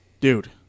dude